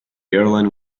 airline